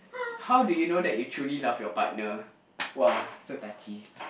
how do you know that you truly love your partner !wah! so touchy